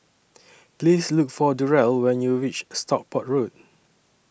Please Look For Durell when YOU REACH Stockport Road